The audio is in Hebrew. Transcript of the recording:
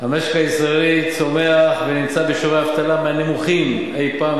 המשק הישראלי צומח ונמצא בשיעורי אבטלה מהנמוכים אי-פעם,